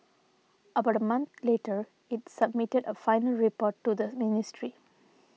about a month later it submitted a final report to the ministry